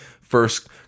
First